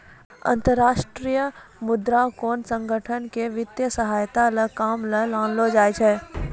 अन्तर्राष्ट्रीय मुद्रा कोष संगठन क वित्तीय सहायता ल काम म लानलो जाय छै